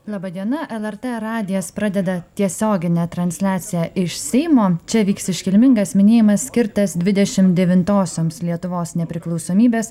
laba diena lrt radijas pradeda tiesioginę transliaciją iš seimo čia vyks iškilmingas minėjimas skirtas dvidešim devintosioms lietuvos nepriklausomybės